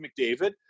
McDavid